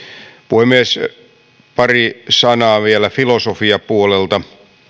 puhemies pari sanaa vielä filosofiapuolelta